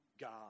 God